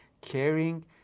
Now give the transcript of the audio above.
caring